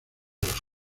los